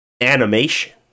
animation